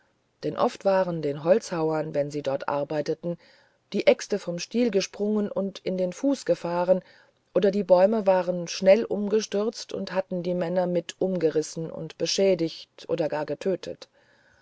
denn oft waren den holzhauern wenn sie dort arbeiteten die äxte vom stiel gesprungen und in den fuß gefahren oder die bäume waren schnell umgestürzt und hatten die männer mit umgerissen und beschädigt oder gar getötet